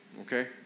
okay